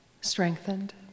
strengthened